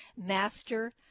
Master